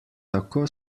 tako